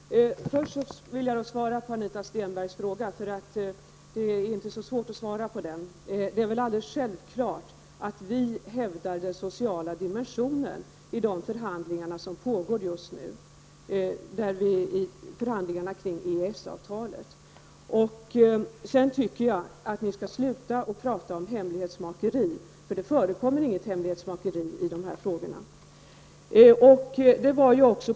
Herr talman! Först vill jag svara på Anita Stenbergs fråga. Det är inte så svårt att svara på den. Det är väl självklart att vi hävdar den sociala dimensionen i de förhandlingar som just nu pågår kring EES-avtalet. Jag tycker att ni skall sluta att tala om hemlighetsmakeri, eftersom det inte förekommer något sådant i dessa frågor.